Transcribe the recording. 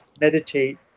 meditate